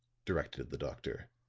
directed the doctor.